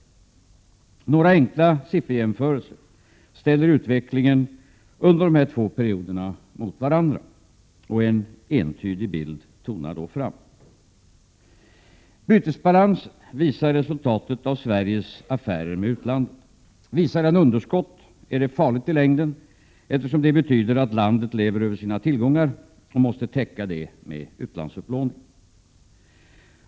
Låt mig därför göra några enkla sifferjämförelser för att ställa utvecklingen i den svenska ekonomin under dessa två perioder mot varandra. En entydig bild tonar då fram. Oo Bytesbalansen visar resultatet av alla Sveriges löpande affärer med utlandet. Får den ett underskott är det farligt i längden, eftersom det betyder att landet lever över sina tillgångar och måste täcka detta med utlandsupplåning.